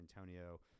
antonio